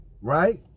right